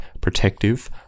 protective